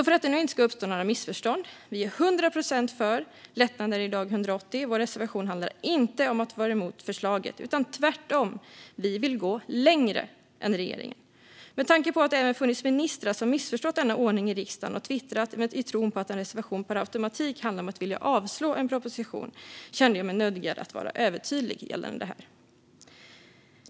För att det inte ska uppstå några missförstånd: Vi är till hundra procent för lättnader dag 180. Vår reservation handlar inte om att vara emot förslaget, utan vi vill tvärtom gå längre än regeringen. Med tanke på att det även funnits ministrar som missförstått ordningen i riksdagen och twittrat i tron på att en reservation per automatik handlar om att vilja avslå en proposition kände jag mig nödgad att vara övertydlig gällande detta.